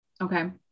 Okay